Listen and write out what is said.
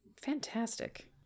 fantastic